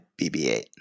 BB-8